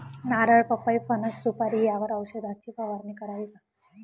नारळ, पपई, फणस, सुपारी यावर औषधाची फवारणी करावी का?